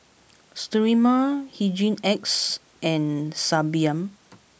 Sterimar Hygin X and Sebamed